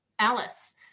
alice